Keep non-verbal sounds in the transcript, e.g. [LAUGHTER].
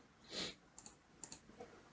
[NOISE]